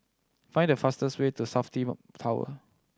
find the fastest way to Safti Tower